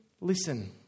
listen